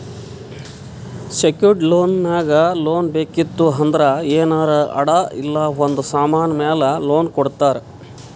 secured loan ನಾಗ್ loan ಬೇಕಿತ್ತು ಅಂದ್ರ ಏನಾರೇ ಅಡಾ ಇಲ್ಲ ಒಂದ್ ಸಮಾನ್ ಮ್ಯಾಲ ಲೋನ್ ಕೊಡ್ತಾರ್